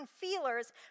feelers